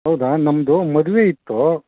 ಹೌದಾ ನಮ್ಮದು ಮದುವೆ ಇತ್ತು